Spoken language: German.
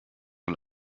nur